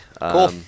Cool